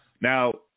Now